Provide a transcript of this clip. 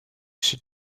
sud